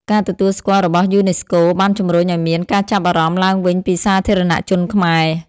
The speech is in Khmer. ការទទួលស្គាល់របស់យូណេស្កូបានជំរុញឱ្យមាន ការចាប់អារម្មណ៍ ឡើងវិញពីសាធារណជនខ្មែរ។